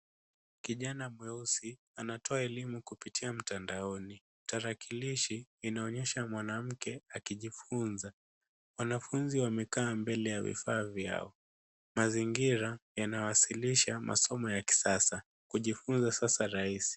Kijana mweusi anatoa elimu kupitia mtandaoni. Tarakilishi inaonyesha mwanamke akijaifunza. wanafunzi wamekaa mbele ya vifaa vyao. Mazingira yanawaailisha masomo ya kisasa. Kujifunza sasa rahisi.